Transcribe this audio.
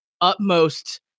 utmost